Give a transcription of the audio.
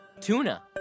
Tuna